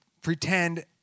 Pretend